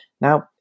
Now